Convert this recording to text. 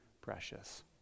precious